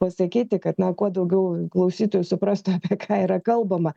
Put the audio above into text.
pasakyti kad na kuo daugiau klausytojų suprastų apie ką yra kalbama